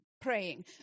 praying